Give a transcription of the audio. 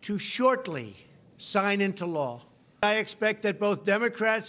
to shortly sign into law i expect that both democrats